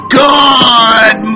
good